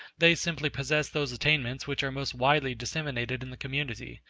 they simply possess those attainments which are most widely disseminated in the community,